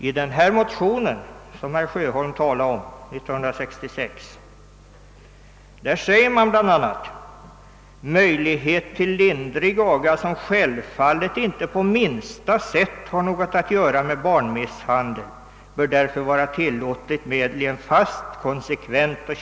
I det motionspar från år 1966 som herr Sjöholm talar om sägs det bl a.: » Möjlighet till lindrig aga — som självfallet inte på minsta sätt har något att göra med barnmisshandel — bör därför vara ett tillåtligt medel i en fast, konsekvent och.